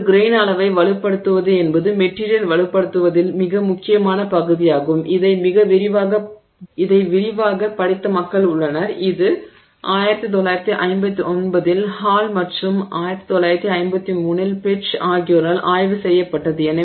ஒரு கிரெய்ன் அளவை வலுப்படுத்துவது என்பது மெட்டிரியல் வலுப்படுத்துவதில் மிக முக்கியமான பகுதியாகும் இதை மிக விரிவாகப் படித்த மக்கள் உள்ளனர் இது 1951 இல் ஹால் மற்றும் 1953 இல் பெட்ச் ஆகியோரால் ஆய்வு செய்யப்பட்டது